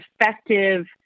effective